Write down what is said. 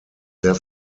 sehr